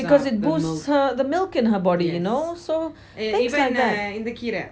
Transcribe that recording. because it boost her the milk in her body you know so things like that